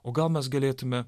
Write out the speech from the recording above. o gal mes galėtume